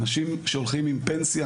אנשים שהולכים עם פנסיה,